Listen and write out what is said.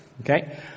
okay